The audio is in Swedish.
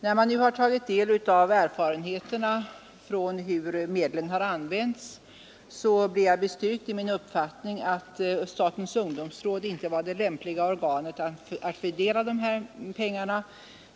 När man nu tar del av erfarenheterna från hur medlen använts, blir man styrkt i sin uppfattning att statens ungdomsråd inte var det lämpliga organet att fördela pengarna.